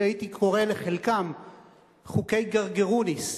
שהייתי קורא לחלקם חוקי גרגרוניס,